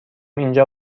اینجا